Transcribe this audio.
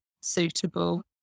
suitable